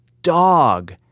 Dog